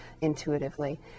intuitively